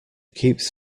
keeps